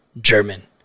German